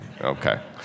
Okay